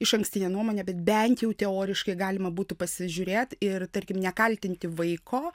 išankstinę nuomonę bet bent jau teoriškai galima būtų pasižiūrėt ir tarkim nekaltinti vaiko